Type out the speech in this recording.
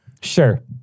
sure